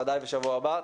ובוודאי בשבוע הבא.